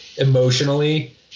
Emotionally